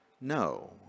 no